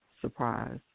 surprise